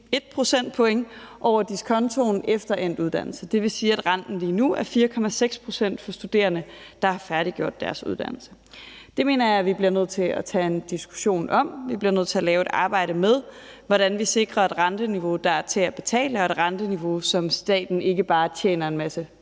1 procentpoint over diskontoen efter endt uddannelse. Det vil sige, at renten lige nu er 4,6 pct. for studerende, der har færdiggjort deres uddannelse. Det mener jeg vi bliver nødt til at tage en diskussion af, og vi bliver nødt til at lave et arbejde med, hvordan vi sikrer et renteniveau, der er til at betale, og et renteniveau, som staten ikke bare tjener en masse